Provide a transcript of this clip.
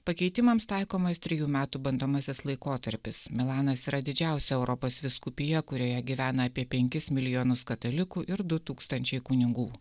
pakeitimams taikomas trejų metų bandomasis laikotarpis milanas yra didžiausia europos vyskupija kurioje gyvena apie penkis milijonus katalikų ir du tūkstančiai kunigų